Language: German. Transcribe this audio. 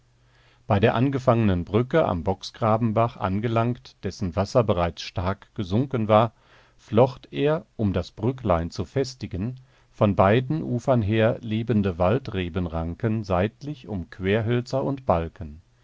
bei der angefangenen brücke am bocksgrabenbach angelangt dessen wasser bereits stark gesunken war flocht er um das brücklein zu festigen von beiden ufern her lebende waldrebenranken seitlich um querhölzer und balken